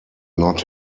not